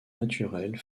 naturelle